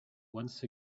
once